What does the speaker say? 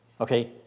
Okay